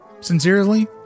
sincerely